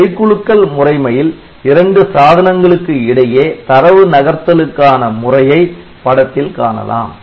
கைகுலுக்கல் முறைமையில் இரண்டு சாதனங்களுக்கு இடையே தரவு நகர்த்தலுக்கான முறையை படத்தில் காணலாம்